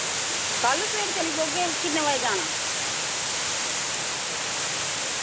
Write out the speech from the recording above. कल सवेरै चली पौगे किन्ने बजे जाना